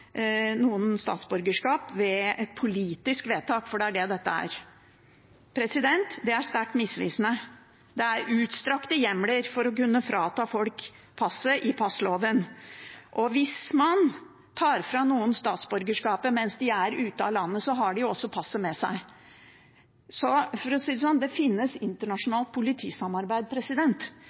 noen statsborgerskap ved et politisk vedtak, for det er det dette er. Det er sterkt misvisende. Det er utstrakte hjemler for å kunne frata folk passet i passloven. Hvis man tar fra noen statsborgerskapet mens de er ute av landet, har de jo også passet med seg. For å si det sånn: Det finnes internasjonalt politisamarbeid,